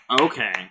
Okay